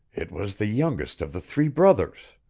it was the youngest of the three brothers.